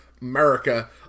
America